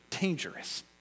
Dangerous